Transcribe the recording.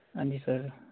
ਹਾਂਜੀ ਸਰ